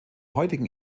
heutigen